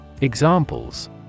Examples